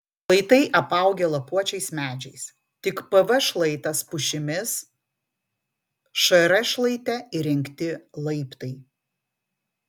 šlaitai apaugę lapuočiais medžiais tik pv šlaitas pušimis šr šlaite įrengti laiptai